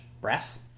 brass